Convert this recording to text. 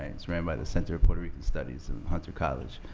it's ran by the center of puerto rican studies in hunter college.